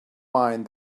mind